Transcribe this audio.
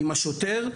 עם השוטר.